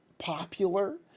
popular